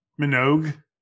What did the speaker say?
Minogue